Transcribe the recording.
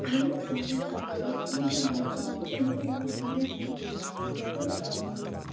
یِم تٔمۍ سٕنٛز کَتھٕ ٲسۍ تِمَن ہُنٛد مطلب اوس نہٕ تَمہِ دۄہ یِوان سمٕجھ کِہیٖنۍ مگر